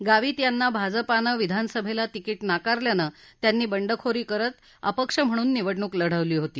गावित यांना भाजपानं विधानसभेला तिकीट नाकारल्यानं त्यानी बंडखोरी करत अपक्ष म्हणून निवडणूक लढवली होती